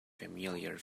familiar